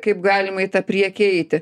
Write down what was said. kaip galima į tą priekį eiti